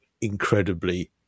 incredibly